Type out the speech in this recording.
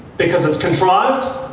because it's contrived,